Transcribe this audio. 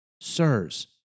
sirs